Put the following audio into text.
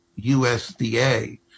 USDA